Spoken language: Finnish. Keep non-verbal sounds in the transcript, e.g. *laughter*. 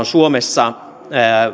*unintelligible* suomessa